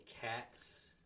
cats